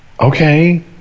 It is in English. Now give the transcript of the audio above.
okay